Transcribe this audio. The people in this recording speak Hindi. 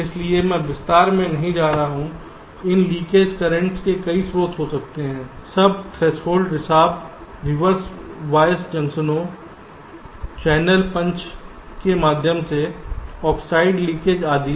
इसलिए मैं विस्तार में नहीं जा रहा हूं इन लीकेज कर्रेंटस के कई स्रोत हो सकते हैं सब थ्रेशोल्ड रिसाव रिवर्स बॉयस जंक्शनों चैनल पंच के माध्यम से ऑक्साइड लीकेज आदि